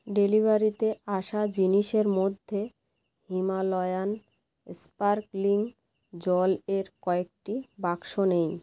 ডেলিভারিতে আসা জিনিসের মধ্যে হিমালয়ান স্পার্কলিং জল এর কয়েকটি বাক্স নেই